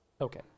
Okay